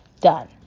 Done